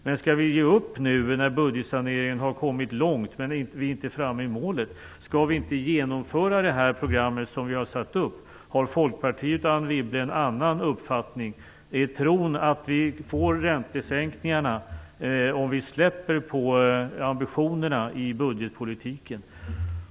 Men skall vi ge upp nu när budgetsaneringen har kommit långt men vi ännu inte är framme vid målet? Skall vi inte genomföra det program som vi har satt upp? Har Folkpartiet och Anne Wibble en annan uppfattning. Är tron att vi får räntesänkningar om vi släpper på ambitionerna i budgetpolitiken?